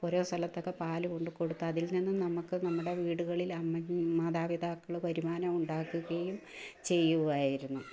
ഓരോ സ്ഥലത്തൊക്കെ പാല് കൊണ്ടു കൊടുത്താൽ അതിൽ നിന്ന് നമുക്ക് നമ്മുടെ വീടുകളിൽ അന്നന്ന് മാതാപിതാക്കൾ വരുമാനം ഉണ്ടാക്കുകയും ചെയ്യുമായിരുന്നു